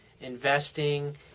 investing